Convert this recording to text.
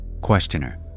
Questioner